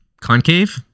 Concave